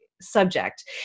subject